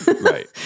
Right